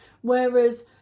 whereas